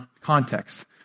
context